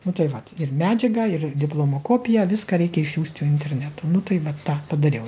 nu tai vat ir medžiagą ir diplomo kopiją viską reikia išsiųsti internetu nu tai va tą padariau